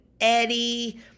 Eddie